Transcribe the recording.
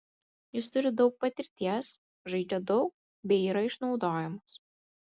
jis turi daug patirties žaidžia daug bei yra išnaudojamas